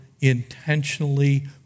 intentionally